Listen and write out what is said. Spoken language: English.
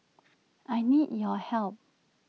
I need your help